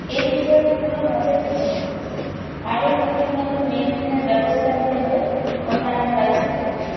এ বিষয়ে পুরো নজর দিতে হবে আরো নতুন নতুন মেশিনের ব্যবস্থা নিতে হবে অন্যান্য রাজ্যের তুলনায়